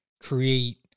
create